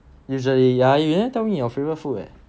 usually ya you haven't tell me your favourite food eh